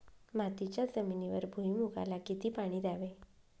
मातीच्या जमिनीवर भुईमूगाला किती पाणी द्यावे?